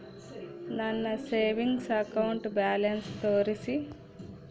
ನನ್ನ savings account balance ತೋರಿಸಿ?